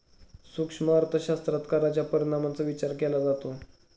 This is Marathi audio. सूक्ष्म अर्थशास्त्रात कराच्या परिणामांचा विचार केला जातो